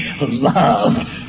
love